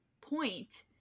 point